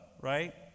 right